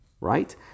right